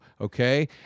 Okay